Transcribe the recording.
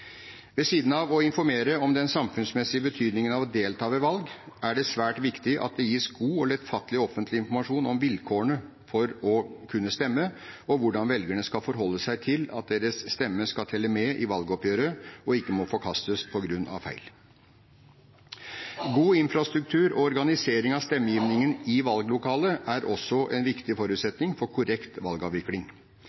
Ved siden av å informere om den samfunnsmessige betydningen av å delta ved valg, er det svært viktig at det gis god og lettfattelig offentlig informasjon om vilkårene for å kunne stemme og hvordan velgere skal forholde seg til at deres stemme skal telle med i valgoppgjøret og ikke må forkastes på grunn av feil. God infrastruktur og organisering av stemmegivningen i valglokalene er også en viktig